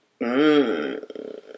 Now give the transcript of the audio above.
Mmm